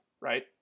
right